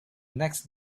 next